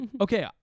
okay